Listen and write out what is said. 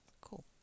Cool